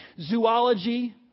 zoology